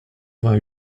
vingt